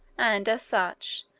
and, as such,